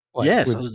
Yes